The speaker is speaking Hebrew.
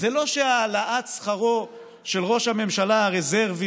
זה לא שהעלאת שכרו של ראש הממשלה הרזרבי